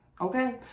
Okay